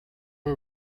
are